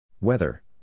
Weather